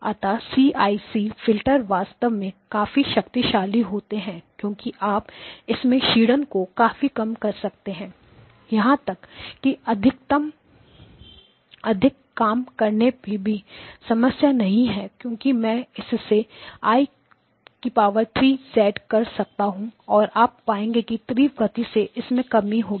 अतः CIC filter वास्तव में काफी शक्तिशाली होते हैं क्योंकि आप इसमें क्षीणन को काफी कम कर सकते हैं यहां तक कि अधिक कम करना भी कोई समस्या नहीं है क्योंकि मैं इस से I 3 कर सकता हूं और आप पाएंगे कि तीव्र गति से इसमें कमी होगी